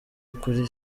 kuri